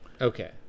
Okay